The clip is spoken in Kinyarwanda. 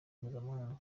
mpuzamahanga